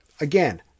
Again